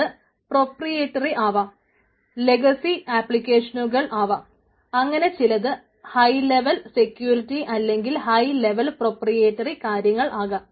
അത് proprietary security അല്ലെങ്കിൽ high level proprietary കാര്യങ്ങൾ ആകാം